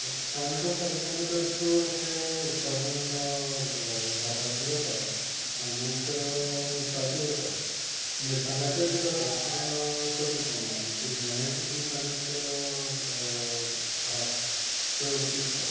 काणकोण तालुक्या भितर चडशें उत्पादन भाताचे जाता आनीक ऊसाचे जाता मिरसांगाचे बी जाता पूण कमी प्रमाणांत पूण हे ऊस आनीक भात चड पिकता